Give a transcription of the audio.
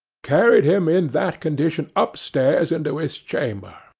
carried him in that condition up-stairs into his chamber,